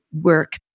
work